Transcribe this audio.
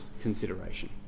consideration